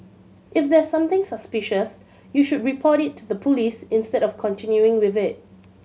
if there's something suspicious you should report it to the police instead of continuing with it